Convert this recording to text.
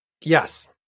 Yes